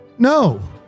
No